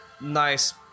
nice